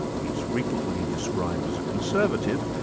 he's frequently described as a conservative,